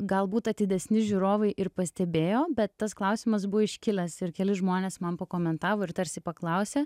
galbūt atidesni žiūrovai ir pastebėjo bet tas klausimas buvo iškilęs ir keli žmonės man pakomentavo ir tarsi paklausė